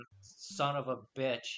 son-of-a-bitch